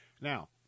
Now